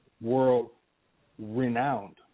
world-renowned